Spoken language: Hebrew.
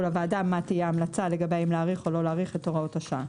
לוועדה מה תהיה ההמלצה לגבי האם להאריך או לא להאריך את הוראות השעה.